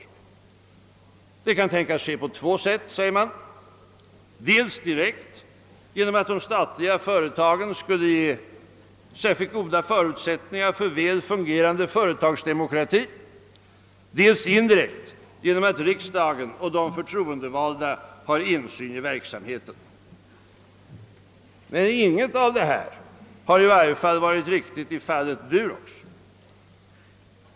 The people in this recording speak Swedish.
Detta kan tänkas ske på två sätt, framhålles det, dels direkt genom att de statliga företagen skulle ge särskilt goda förutsättningar för väl fungerande företagsdemokrati, dels indirekt genom att riksdagen och de förtroendevalda har insyn i verksamheten. I alla händelser har ingenting av detta gällt fallet Durox.